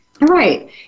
Right